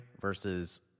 versus –